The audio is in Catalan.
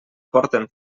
porten